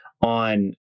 on